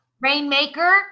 Rainmaker